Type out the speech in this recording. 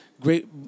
great